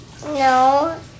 No